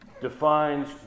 defines